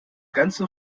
ganze